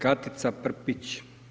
Katica Prpić.